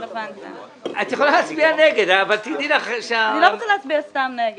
אני מבקש שהחשב הכללי --- אני יכול לדבר בוועדה הזאת משהו?